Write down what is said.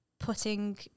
putting